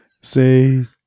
say